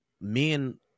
men